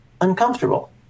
uncomfortable